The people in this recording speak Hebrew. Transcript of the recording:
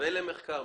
ולמחקר.